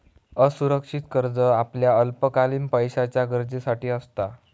असुरक्षित कर्ज आपल्या अल्पकालीन पैशाच्या गरजेसाठी असता